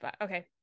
Okay